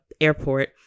airport